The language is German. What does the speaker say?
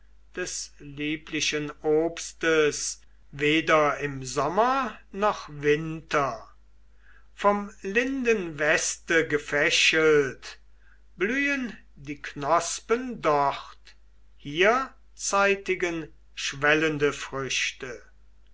des lieblichen obstes weder im sommer noch winter vom linden weste gefächelt blühen die knospen dort hier zeitigen schwellende früchte